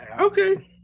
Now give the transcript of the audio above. Okay